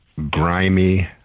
grimy